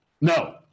No